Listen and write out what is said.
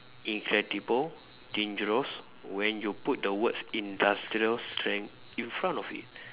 incredible dangerous when you put the words industrial strength in front of it